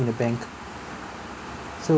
in a bank so